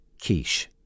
quiche